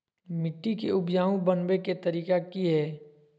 मिट्टी के उपजाऊ बनबे के तरिका की हेय?